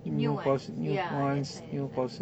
new ones ya that's why that's why